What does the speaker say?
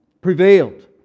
prevailed